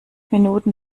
minuten